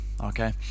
Okay